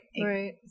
Right